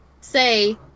say